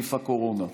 נגיף הקורונה.